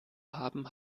haben